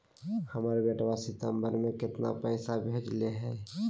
हमर बेटवा सितंबरा में कितना पैसवा भेजले हई?